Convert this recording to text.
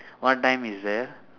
what time is there